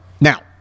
now